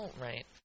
right